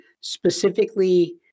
specifically